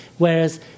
whereas